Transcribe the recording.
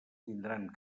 tindran